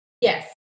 Yes